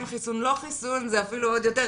חיסון או לא חיסון זה אפילו עוד יותר קשה.